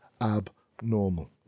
abnormal